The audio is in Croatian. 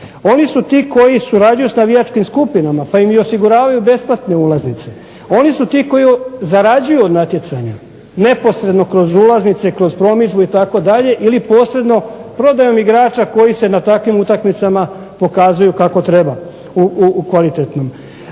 Oni su ti koji surađuju sa navijačkim skupinama pa im i osiguravaju besplatne ulaznice. Oni su ti koji zarađuju od natjecanja neposredno kroz ulaznice, kroz promidžbu itd. ili posredno prodajom igrača koji se na takvim utakmicama pokazuju kako treba u kvalitetnom.